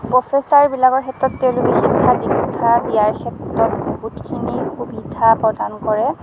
professor বিলাকৰ ক্ষেত্ৰত তেওঁলোকে শিক্ষা দিক্ষা দিয়াৰ ক্ষেত্ৰত বহুতখিনি সুবিধা প্ৰদান কৰে